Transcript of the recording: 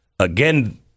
Again